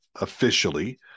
officially